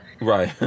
Right